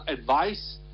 advice